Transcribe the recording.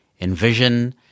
Envision